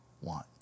want